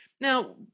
Now